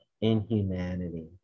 inhumanity